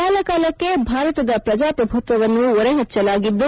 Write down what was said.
ಕಾಲಕಾಲಕ್ಕೆ ಭಾರತದ ಪ್ರಜಾಪ್ರಭುತ್ವವನ್ನು ಒರೆ ಹಚ್ಚಲಾಗಿದ್ದು